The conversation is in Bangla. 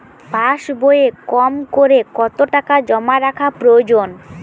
পাশবইয়ে কমকরে কত টাকা জমা রাখা প্রয়োজন?